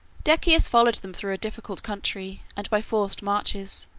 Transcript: decius followed them through a difficult country, and by forced marches